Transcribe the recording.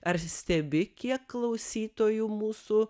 ar stebi kiek klausytojų mūsų